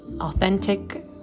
authentic